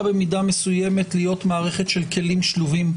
במידה מסוימת להיות מערכת של כלים שלובים.